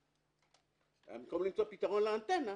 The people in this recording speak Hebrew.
במקום למצוא פתרון לאנטנה.